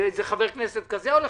לחבר כנסת כזה או אחר.